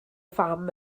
fam